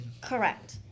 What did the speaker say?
Correct